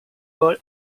ball